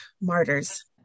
martyrs